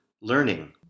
learning